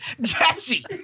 Jesse